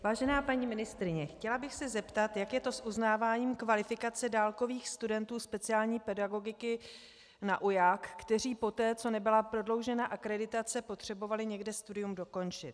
Vážená paní ministryně, chtěla bych se zeptat, jak je to s uznáváním kvalifikace dálkových studentů speciální pedagogiky na UJAK, kteří poté, co nebyla prodloužena akreditace, potřebovali někde studium dokončit.